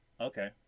Okay